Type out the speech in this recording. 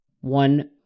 one